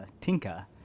Tinka